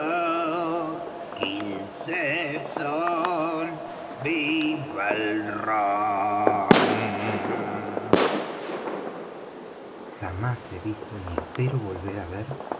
jamás he visto ni espero volver á ver